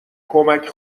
کمک